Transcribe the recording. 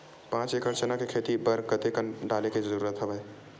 पांच एकड़ चना के खेती बर कते कन डाले के जरूरत हवय?